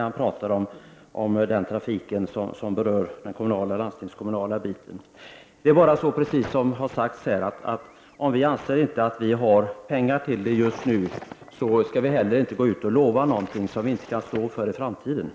han talar om den trafik som berör den kommunala och landstingskommunala biten. Det är bara så, precis som har sagts här, att om vi inte anser att vi har pengar till detta just nu, så skall vi inte heller gå ut och lova någonting som vi inte kan stå för i framtiden.